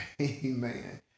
Amen